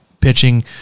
pitching